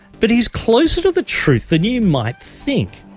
but he's closer to the truth than you might think.